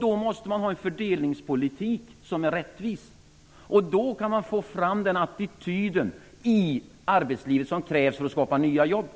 Då måste man ha en fördelningspolitik som är rättvis, och då kan man få fram den attityd i arbetslivet som krävs för att skapa nya jobb.